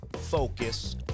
Focus